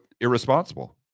irresponsible